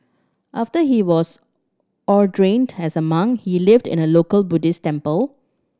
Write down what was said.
after he was ordained as a monk he lived in a local Buddhist temple